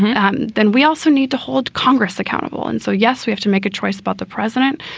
um then we also need to hold congress accountable. and so, yes, we have to make a choice about the president.